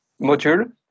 module